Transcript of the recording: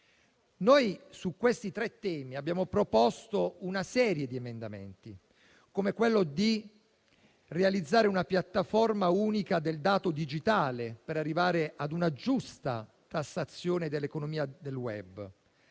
Su questi tre temi abbiamo proposto una serie di emendamenti, come quello teso a realizzare una piattaforma unica del dato digitale, per arrivare ad una giusta tassazione dell'economia del *web,*